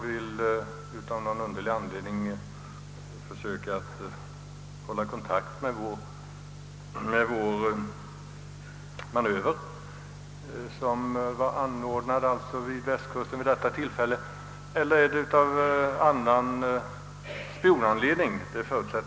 Vill de av någon underlig anledning hålla kontakt med vår manöver — i det aktuella fallet vid Västkusten — eller ligger något annat spionmotiv bakom?